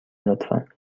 لطفا